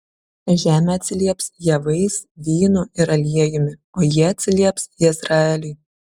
žemė atsilieps javais vynu ir aliejumi o jie atsilieps jezreeliui